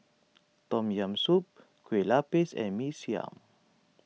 Tom Yam Soup Kueh Lapis and Mee Siam